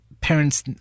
parents